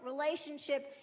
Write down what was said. relationship